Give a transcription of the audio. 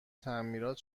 تعمیرات